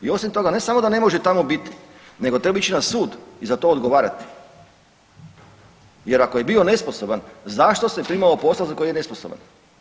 I osim toga ne samo da ne može tamo biti nego treba ići na sud i za to odgovarati jer ako je bio nesposoban zašto se primao posla za koji je nesposoban.